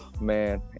man